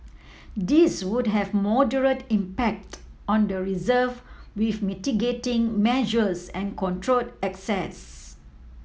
these would have moderate impact on the reserve with mitigating measures and controlled access